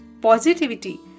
positivity